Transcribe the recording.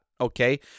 okay